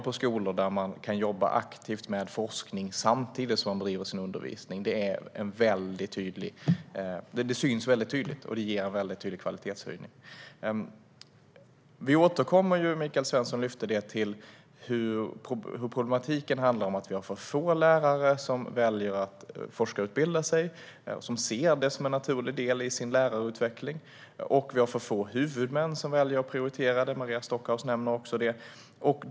På skolor där man kan jobba aktivt med forskning samtidigt som man bedriver sin undervisning syns det tydligt; det ger en tydlig kvalitetshöjning. Michael Svensson lyfte upp att problematiken handlar om att vi har för få lärare som väljer att forskarutbilda sig, som ser det som en naturlig del i sin lärarutveckling. Och vi har för få huvudmän som väljer att prioritera det, vilket Maria Stockhaus också nämnde.